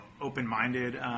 open-minded